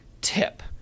tip